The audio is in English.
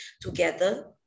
together